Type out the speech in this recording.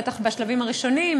בטח בשלבים הראשונים,